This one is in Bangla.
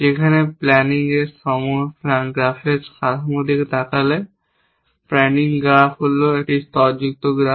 যেখানে প্যানিং গ্রাফের কাঠামোর দিকে তাকালে প্যানিং গ্রাফ হল একটি স্তরযুক্ত গ্রাফ